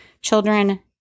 children